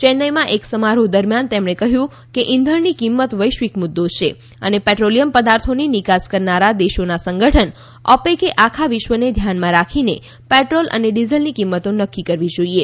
ચેન્નાઇમાં એક સમારોહ દરમિયાન તેમણે કહ્યું કે છંધણની કિંમત વૈશ્વિક મુદ્દો છે અને પેટ્રોલિયમ પદાર્થોની નિકાસ કરનારા દેશોના સંગઠન ઓપેક આખા વિશ્વને ધ્યાનમાં રાખીને પેટ્રોલ અને ડિઝલની કિંમતો નક્કી કરવી જોઇએ